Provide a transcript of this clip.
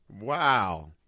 Wow